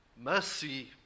mercy